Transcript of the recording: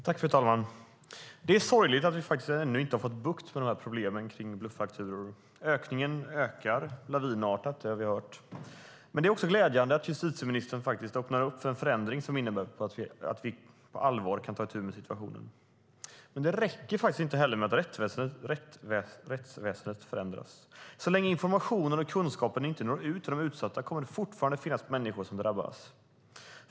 Fru talman! Det är sorgligt att vi ännu inte har fått bukt med problemen med bluffakturor. Ökningen är lavinartad. Men det är glädjande att justitieministern öppnar för en förändring som innebär att vi på allvar kan ta itu med situationen. Men det räcker inte med att rättsväsendet förändras. Så länge informationen och kunskapen inte når ut till de utsatta kommer det fortfarande att finnas människor som drabbas.